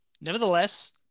nevertheless